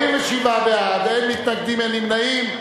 47 בעד, אין מתנגדים, אין נמנעים.